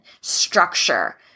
structure